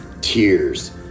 tears